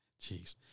Jeez